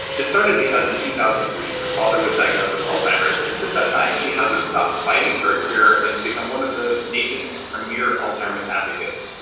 this started because in two thousand and three her father was diagnosed with alzheimer's, and since that time she hasn't stopped fighting for a cure and has become one of the nation's premier alzheimer's advocates.